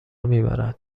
میبرد